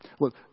Look